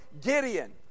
Gideon